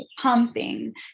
pumping